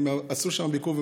הם עשו שם ביקור,